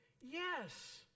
Yes